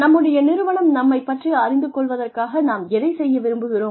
நம்முடைய நிறுவனம் நம்மைப் பற்றி அறிந்து கொள்வதற்காக நாம் எதைச் செய்ய விரும்புகிறோம்